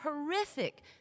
horrific